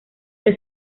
que